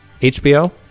HBO